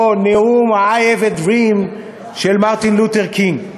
או נאום ה-"I have a dream" של מרטין לותר קינג.